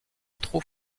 trop